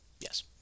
Yes